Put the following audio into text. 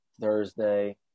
Thursday